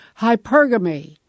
hypergamy